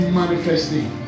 manifesting